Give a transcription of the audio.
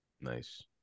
Nice